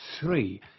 Three